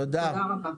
תודה רבה.